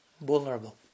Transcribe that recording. vulnerable